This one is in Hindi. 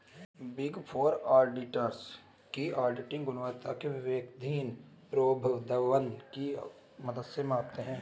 बिग फोर ऑडिटर्स की ऑडिट गुणवत्ता को विवेकाधीन प्रोद्भवन की मदद से मापते हैं